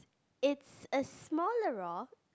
it's a smaller rock